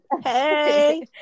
Hey